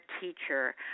teacher